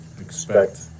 expect